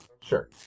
Sure